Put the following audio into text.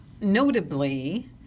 notably